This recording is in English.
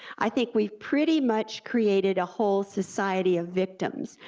i think we've pretty much created a whole society of victims,